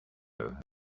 have